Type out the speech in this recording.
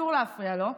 אסור להפריע לו,